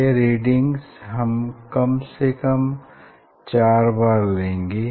यह रीडिंग्स हम कम से कम 4 बार लेंगे